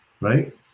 right